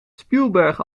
spielberg